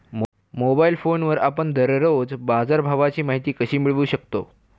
Mobile फोनवर आपण दररोज बाजारभावाची माहिती कशी मिळवू शकतो?